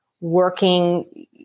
working